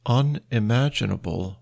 unimaginable